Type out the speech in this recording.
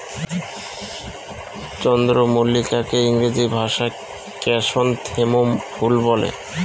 চন্দ্রমল্লিকাকে ইংরেজি ভাষায় ক্র্যাসনথেমুম ফুল বলে